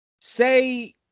Say